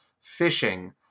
fishing